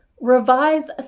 Revise